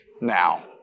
now